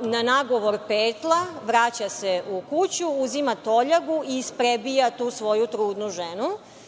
na nagovor petla, vraća se u kuću, uzima toljagu i isprebija tu svoju trudnu ženu.